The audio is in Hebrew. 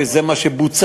וזה מה שבוצע,